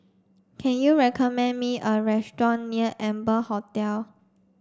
can you recommend me a restaurant near Amber Hotel